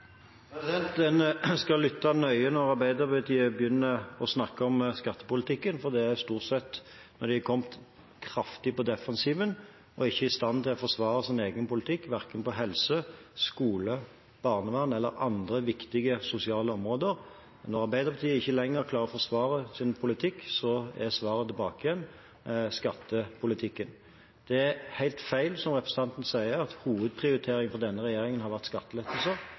skal lytte nøye når Arbeiderpartiet begynner å snakke om skattepolitikken, for det gjør de stort sett når de har kommet kraftig på defensiven og ikke er i stand til å forsvare sin egen politikk, verken på helse-, skole- eller barnevernsområdet eller på andre viktige sosiale områder. Når Arbeiderpartiet ikke lenger klarer å forsvare sin politikk, er svaret tilbake igjen: skattepolitikken. Det er helt feil, det representanten sier, at hovedprioriteringen for denne regjeringen har vært skattelettelser.